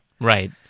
Right